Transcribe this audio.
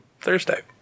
Thursday